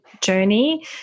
journey